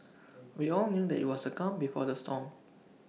we all knew that IT was the calm before the storm